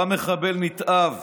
בא מחבל נתעב,